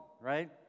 right